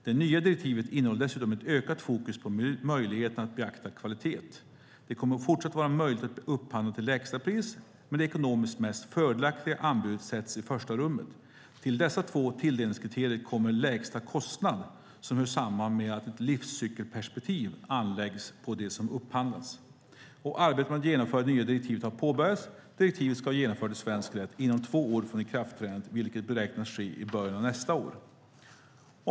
Det nya direktivet innehåller dessutom ökat fokus på möjligheten att beakta kvalitet. Det kommer även fortsättningsvis att vara möjligt att upphandla till lägsta pris men det ekonomiskt mest fördelaktiga anbudet sätts i första rummet. Till dessa två tilldelningskriterier kommer lägsta kostnad , som hör samman med att ett livscykelperspektiv anläggs på det som upphandlas. Arbetet med att genomföra det nya direktivet har påbörjats. Direktivet ska vara genomfört i svensk rätt inom två år från ikraftträdandet, vilket beräknas ske i början av nästa år.